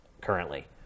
currently